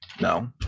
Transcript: No